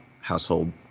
household